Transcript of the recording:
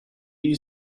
you